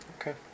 Okay